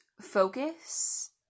focus